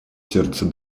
сердце